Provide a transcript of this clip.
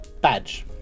badge